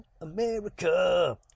America